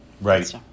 Right